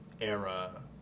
era